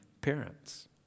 parents